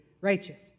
righteous